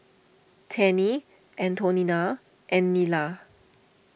Tennie Antonina and Nila